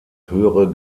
höhere